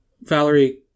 Valerie-